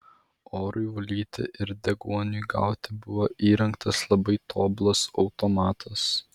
orui valyti ir deguoniui gauti buvo įrengtas labai tobulas automatas